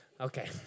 okay